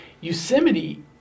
Yosemite